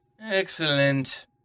Excellent